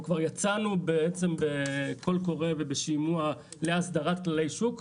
כבר יצאנו בקול קורא ובשימוע להסדרת כללי שוק.